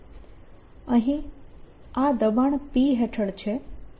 અહીં આ દબાણ p હેઠળ છે